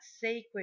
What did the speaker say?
sacred